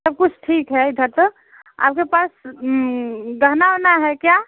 सब कुछ ठीक है इधर तो आपके पास गहना वहना है क्या